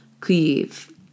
Kyiv